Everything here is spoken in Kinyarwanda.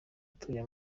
atuye